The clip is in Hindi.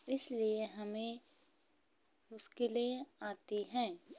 इसलिए हमें मुश्किलें आतीं हैं